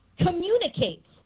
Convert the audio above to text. communicates